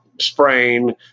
sprain